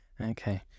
Okay